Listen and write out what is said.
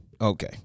Okay